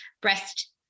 breast